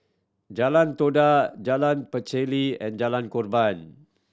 Jalan Todak Jalan Pacheli and Jalan Korban